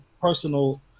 personal